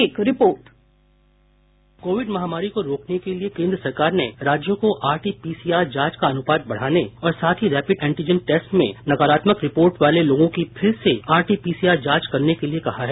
एक report bite Saurabh Agarwal Covid महामारी को रोकने के लिए केन्द्र सरकार ने राज्यों को आरटी पीसीआर जांच का अनुपात बढाने और साथ ही रैपिड एंटीजन टेस्ट में नकारात्मक रिपोर्ट वाले लोगों की फिर से आरटी पीसीआर जांच करने के लिए कहा है